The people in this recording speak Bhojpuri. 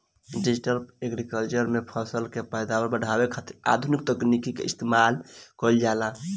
डिजटल एग्रीकल्चर में फसल के पैदावार बढ़ावे खातिर आधुनिक तकनीकी के इस्तेमाल कईल जाला